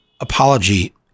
apology